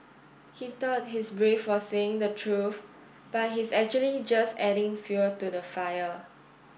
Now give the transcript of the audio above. he thought he's brave for saying the truth but he's actually just adding fuel to the fire